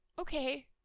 okay